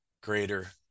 greater